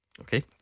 Okay